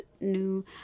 new